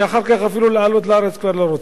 שאחר כך אפילו לעלות לארץ כבר לא רוצים.